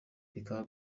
bikaba